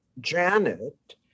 Janet